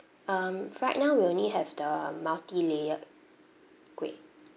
um right now we only have the multi-layered kueh